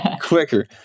Quicker